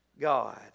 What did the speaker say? God